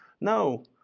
no